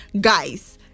guys